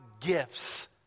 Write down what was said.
gifts